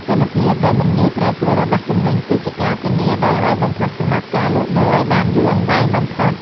គុណភាពដែលមិនងាយប្រែប្រួលរបស់ទំនិញ គឺជាការធានាដ៏ល្អបំផុតសម្រាប់ការលក់ដូរឱ្យបានយូរអង្វែងបំផុត។